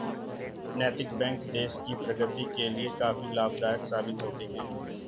नैतिक बैंक देश की प्रगति के लिए काफी लाभदायक साबित होते हैं